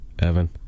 Evan